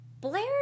blair